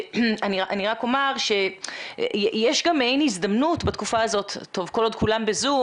אני רק אומר שיש גם מעין הזדמנות בתקופה הזאת כל עוד כולם ב-זום